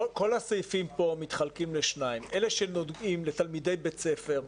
כל הסעיפים פה מתחלקים לשניים: אלה שנוגעים לתלמידי בית ספר,